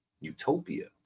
Utopia